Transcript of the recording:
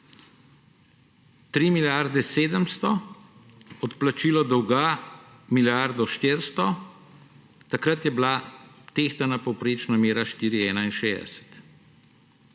3 milijarde 700, odplačilo dolga milijardo 400, takrat je bila tehtana povprečna mera 4,61.